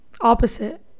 Opposite